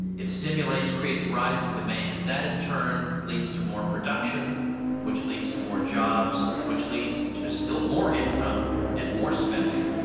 it stimulates, creates rising demand that in turn leads to more production which leads to more jobs which leads to still more income and more spending.